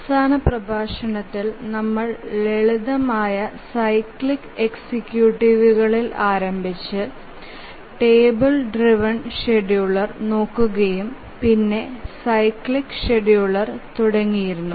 അവസാന പ്രഭാഷണത്തിൽ നമ്മൾ ലളിതമായ സൈക്ലിക് എക്സിക്യൂട്ടീവുകളിൽ ആരംഭിച്ചു തുടർന്ന് ടേബിൾ ഡ്രൈവ്എൻ ഷെഡ്യൂളർ നോക്കുകയും പിന്നെ സൈക്ലിക് ഷെഡ്യൂളർ തുടങ്ങിയിരുന്നു